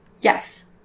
Yes